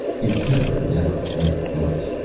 his temper never flared once.